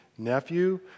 Nephew